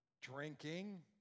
drinking